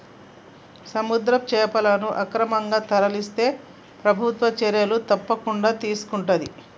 సముద్ర చేపలను అక్రమంగా తరలిస్తే ప్రభుత్వం చర్యలు తప్పకుండా తీసుకొంటది